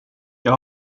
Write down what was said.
jag